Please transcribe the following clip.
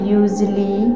usually